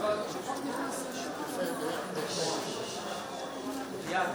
הראשונה של הכנסת העשרים-ושתיים יום חמישי,